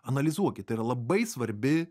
analizuokit tai yra labai svarbi